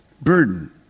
burden